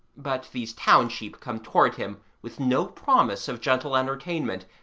but these town sheep come toward him with no promise of gentle entertainment,